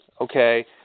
Okay